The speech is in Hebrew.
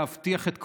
להבטיח את כבודם,